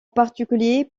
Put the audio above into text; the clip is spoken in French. particulier